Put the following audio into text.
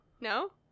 no